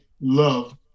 love